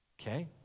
Okay